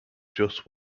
just